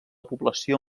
població